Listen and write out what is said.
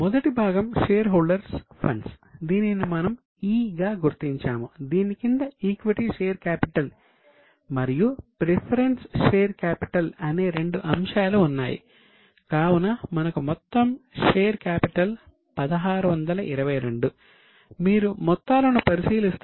మొదటి భాగం shareholders funds స్థిరంగా ఉంటుందని మీరు గ్రహిస్తారు